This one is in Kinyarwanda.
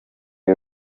y’u